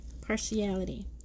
partiality